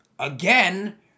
Again